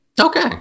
Okay